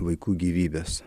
vaikų gyvybes